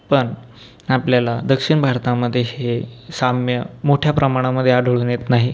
पण आपल्याला दक्षिण भारतामधे हे साम्य मोठ्या प्रमाणामधे आढळून येत नाही